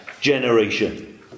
generation